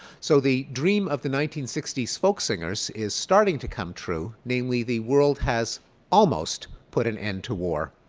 so the dream of the nineteen sixty s folks singers is starting to come true. namely the world has almost put an end to war.